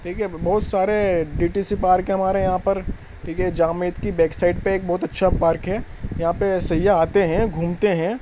ٹھیک ہے بہت سارے ڈی ٹی سی پارک ہے ہمارے یہاں پر ٹھیک ہے جامع مسجد کی بیک سائڈ پہ ایک بہت اچھا پارک ہے یہاں پہ سیاح آتے ہیں گھومتے ہیں